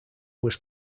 was